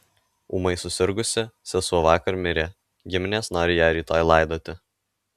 ūmai susirgusi sesuo vakar mirė giminės nori ją rytoj laidoti